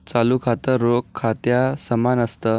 चालू खातं, रोख खात्या समान असत